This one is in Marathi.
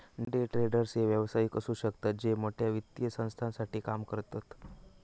डे ट्रेडर हे व्यावसायिक असु शकतत जे मोठ्या वित्तीय संस्थांसाठी काम करतत